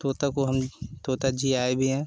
तोता को हम तोता जीयाए भी हैं